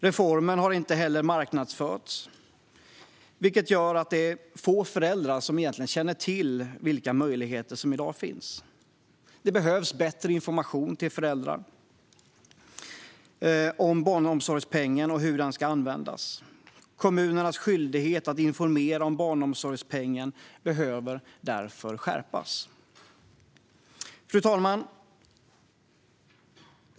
Reformen har inte heller marknadsförts, vilket gör att det är få föräldrar som känner till vilka möjligheter som finns. Det behövs bättre information till föräldrarna om barnomsorgspengen och hur den kan användas. Kommunernas skyldighet att informera om barnomsorgspengen behöver därför skärpas. Fru talman!